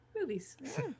movies